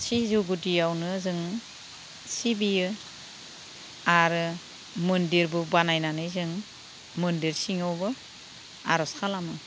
सिजौ गुदियावनो जों सिबियो आरो मन्दिरबो बानायनानै जों मन्दिर सिङावबो आरज खालामो